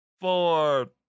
four